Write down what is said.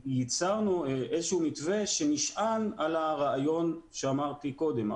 ייצרנו איזשהו מתווה שנשען על הרעיון שאמרתי קודם,